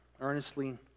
earnestly